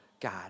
God